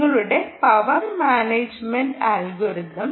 നിങ്ങളുടെ power management algorithm